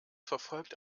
verfolgt